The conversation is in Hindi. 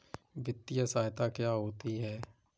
वित्तीय सहायता क्या होती है?